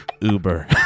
Uber